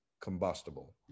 combustible